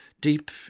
deep